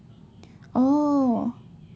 oh